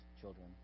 children